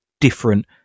different